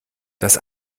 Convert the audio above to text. das